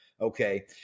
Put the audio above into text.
Okay